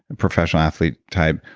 professional athlete type,